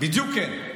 בדיוק כן,